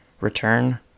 return